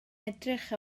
edrych